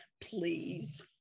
please